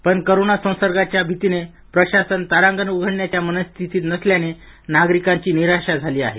पण कोरोना संसर्गाच्या भीतीने प्रशासन तारांगण उघडण्याच्या मनस्थितीत नसल्याने नागरिकांची निराशा झाली आहे